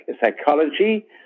psychology